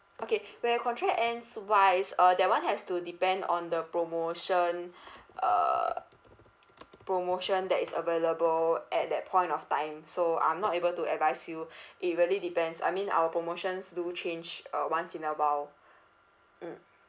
okay when your contract ends wise uh that [one] has to depend on the promotion uh promotion that is available at that point of time so I'm not able to advise you it really depends I mean our promotions do change uh once in a while mm